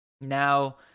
now